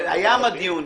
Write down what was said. היה מדיוני.